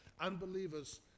Unbelievers